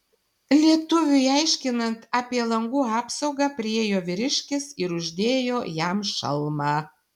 lietuviui aiškinant apie langų apsaugą priėjo vyriškis ir uždėjo jam šalmą